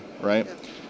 right